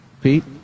Pete